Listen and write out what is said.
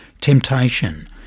Temptation